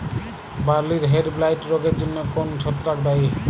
বার্লির হেডব্লাইট রোগের জন্য কোন ছত্রাক দায়ী?